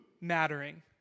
mattering